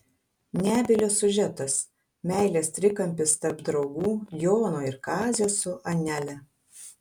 nebylio siužetas meilės trikampis tarp draugų jono ir kazio su anele